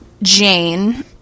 jane